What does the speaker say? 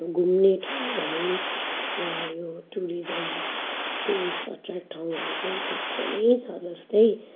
घुम्ने ठाउँहरू वा यो टुरिज्म टुरिस्ट एट्र्याक्ट ठाउँहरू चाहिँ थुप्रो नै छ जस्तै